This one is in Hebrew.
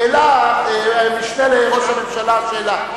העלה המשנה לראש הממשלה שאלה.